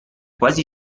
quasi